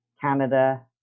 Canada